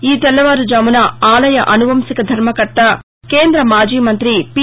ఈ తెల్లవారుజామున ఆలయ అనువంశిక ధర్మకర్త కేంద మాజీ మంతి పి